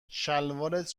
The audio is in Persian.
شلوارت